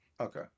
Okay